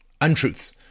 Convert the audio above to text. untruths